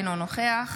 אינו נוכח